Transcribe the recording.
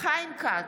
חיים כץ,